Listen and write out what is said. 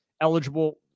eligible